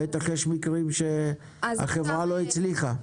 אני מניח שיש מקרים שהחברה לא הצליחה.